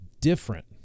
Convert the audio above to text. different